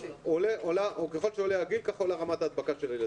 עולה רמת ההדבקה של הילדים.